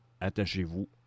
Attachez-vous